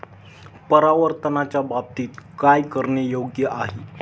परावर्तनाच्या बाबतीत काय करणे योग्य आहे